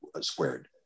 squared